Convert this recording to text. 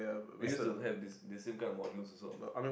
we used to have this this same kind of modules also